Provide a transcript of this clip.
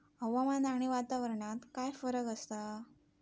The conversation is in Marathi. हवामान आणि वातावरणात काय फरक असा?